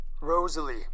Rosalie